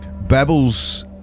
babbles